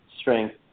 Strength